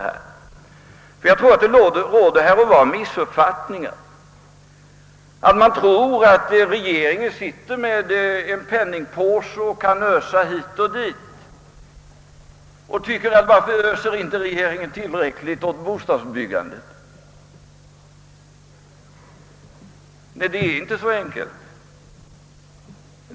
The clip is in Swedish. Här och var råder tydligen den missuppfattningen att regeringen sitter med en penningpåse och kan ösa pengar hit och dit, och man frågar sig varför inte regeringen ger tillräckligt mycket åt bostadsbyggandet. Det hela är inte så enkelt.